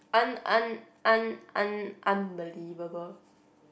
un~ un~ un~ un~ unbelievable